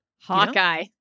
Hawkeye